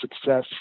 success